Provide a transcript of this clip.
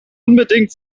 unbedingt